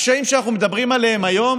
הקשיים שאנחנו מדברים עליהם היום